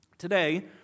Today